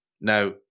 Now